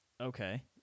Okay